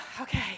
okay